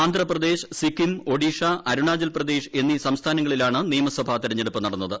ആന്ധാപ്രദേശ് സിക്കിം ഒഡീഷ അരുണാചൽപ്രദേശ് എന്നീ സംസ്ഥാനങ്ങളിലാണ് നിയമസഭാ തെര ഞ്ഞെടുപ്പ് നടന്നത്